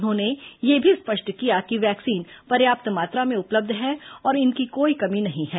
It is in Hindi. उन्होंने यह भी स्पष्ट किया कि वैक्सीन पर्याप्त मात्रा में उपलब्ध है और इनकी कोई कमी नहीं है